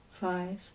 five